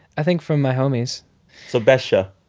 i think from my homies so best show?